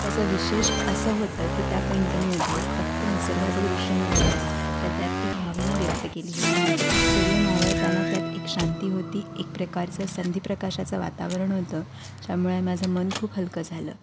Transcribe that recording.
त्याचं विशेष असं होतं की त्या पेंटिंगमध्ये फक्त निसर्गाचं दृश्य नव्हतं तर त्यात एक भावना व्यक्त केली होती सूर्य मावळताना त्यात एक शांती होती एक प्रकारचं संधी प्रकाशाचं वातावरण होतं त्यामुळे माझं मन खूप हलकं झालं